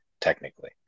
technically